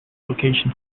location